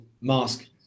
mask